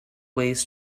ways